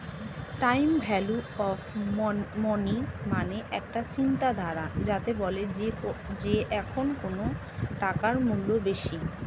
time value of money মানে একটা চিন্তাধারা যাতে বলে যে এখন কোন টাকার মূল্য বেশি